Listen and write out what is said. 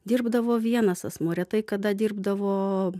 dirbdavo vienas asmuo retai kada dirbdavo